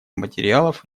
материалов